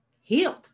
healed